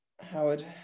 Howard